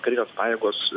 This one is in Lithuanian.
karinės pajėgos